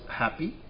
happy